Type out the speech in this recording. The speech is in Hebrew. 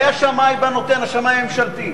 היה השמאי בא, נותן, השמאי הממשלתי.